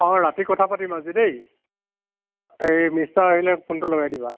অঁ ৰাতি কথা পাতিম আজি দেই এই মিষ্টাৰ আহিলে ফোনটো লগাই দিবা